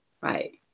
Right